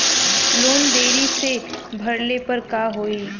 Loan देरी से भरले पर का होई?